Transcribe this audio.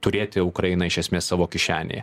turėti ukrainą iš esmės savo kišenėje